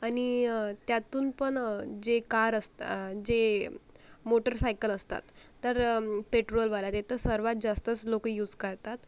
आणि त्यातून पण जे कार असतात जे मोटरसायकल असतात तर पेट्रोलवाला ते तर सर्वात जास्तच लोकं यूज करतात